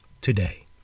today